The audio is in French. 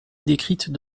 décrites